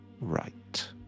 right